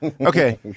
okay